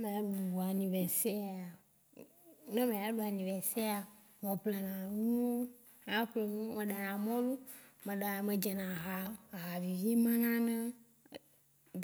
Ne mea ɖu anniversaire a, ne mea ɖu anniversaire ya me ƒle na nu wo, ma ƒle nu- me ɖa na mɔlu, me dze na aha, aha vivi ma na ne